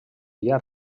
via